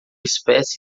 espécie